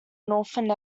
northern